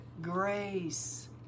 grace